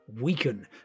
weaken